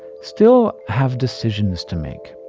still have decisions to make.